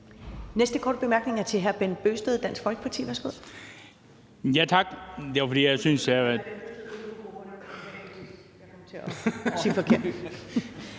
næste korte bemærkning er til hr. Bent Bøgsted, Dansk Folkeparti.